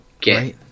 get